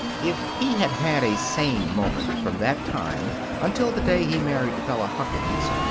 if he had had a sane moment from that time until the day he married bella huckins,